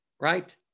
right